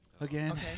Again